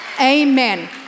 amen